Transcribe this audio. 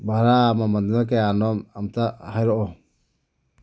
ꯚꯥꯔꯥ ꯃꯃꯜꯗꯨꯅ ꯀꯌꯥꯅꯣ ꯑꯝꯇ ꯍꯥꯏꯔꯛꯑꯣ